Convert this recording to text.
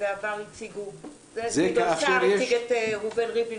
ובעבר גדעון סער הציג את ראובן ריבלין,